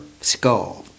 skull